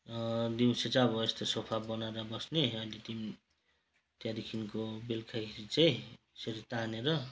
दिउँसो चाहिँ अब यस्तो सोफा बनाएर बस्ने अन्त त्याहाँदेखिनको बेलुकाखेरि चाहिँ यसरी तानेर